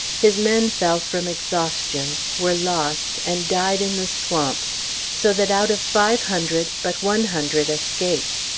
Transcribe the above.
his men fell from exhaustion, were lost, and died in the swamp so that out of five hundred, but one hundred escaped.